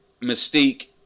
Mystique